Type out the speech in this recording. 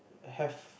have